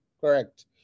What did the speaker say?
Correct